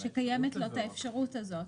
שקיימת לו האפשרות הזאת.